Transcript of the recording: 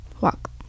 walk